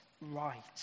right